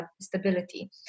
stability